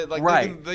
Right